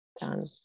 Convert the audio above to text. done